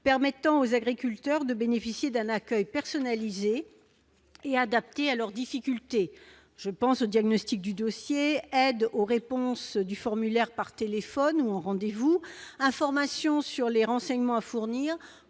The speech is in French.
permettant aux agriculteurs de bénéficier d'un accueil personnalisé et adapté à leurs difficultés : diagnostic du dossier, aide aux réponses au formulaire par téléphone ou en rendez-vous, information sur les renseignements à fournir,